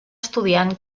estudiant